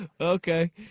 Okay